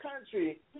country